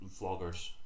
vloggers